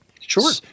Sure